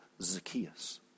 Zacchaeus